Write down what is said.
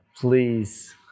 please